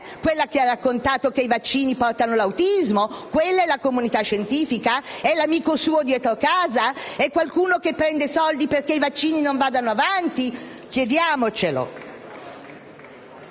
Quella che ha raccontato che i vaccini portano l'autismo? Quella è la comunità scientifica? È l'amico suo dietro casa? È qualcuno che prende soldi perché i vaccini non vadano avanti? Chiediamocelo.